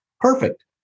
perfect